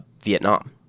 Vietnam